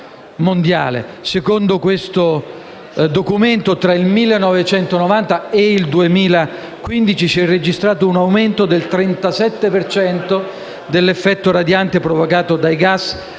Secondo questo documento, tra il 1990 e il 2015 si è registrato un aumento del 37 per cento dell'effetto radiante dei gas